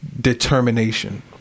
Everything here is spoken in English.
determination